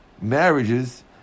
marriages